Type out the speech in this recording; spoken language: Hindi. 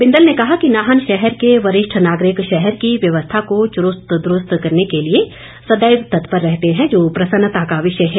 बिंदल ने कहा कि नाहन शहर के वरिष्ठ नागरिक शहर की व्यवस्था को चुस्त दुरूस्त करने के लिए सदैव तत्पर रहते हैं जो प्रसन्नता का विषय है